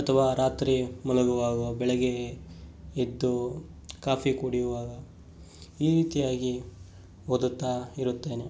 ಅಥವಾ ರಾತ್ರಿ ಮಲಗುವಾಗ ಬೆಳಗ್ಗೆ ಎದ್ದು ಕಾಫಿ ಕುಡಿಯುವಾಗ ಈ ರೀತಿಯಾಗಿ ಓದುತ್ತಾಯಿರುತ್ತೇನೆ